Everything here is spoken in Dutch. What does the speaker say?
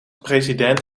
president